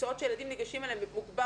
המקצועות שהילדים ניגשים אליהם מוגבר